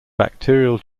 bacterial